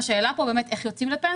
השאלה פה היא בעצם איך יוצאים לפנסיה,